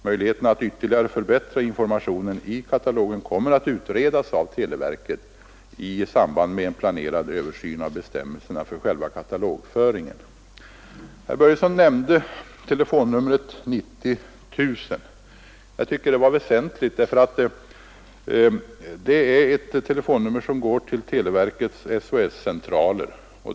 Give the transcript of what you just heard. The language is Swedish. Möjligheterna att ytterligare förbättra informationen i katalogen kommer att utredas av televerket i samband med en planerad översyn av bestämmelserna för själva katalogföringen. Herr Börjesson nämnde telefonnumret 90 000. Jag tycker att det är väsentligt, ty det är ett telefonnummer som går till televerkets SOS-centraler.